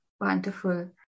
Wonderful